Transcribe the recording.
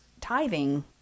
tithing